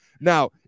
now